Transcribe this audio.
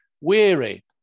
weary